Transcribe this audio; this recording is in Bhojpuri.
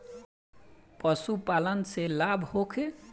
पशु पालन से लाभ होखे?